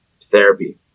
therapy